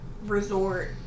resort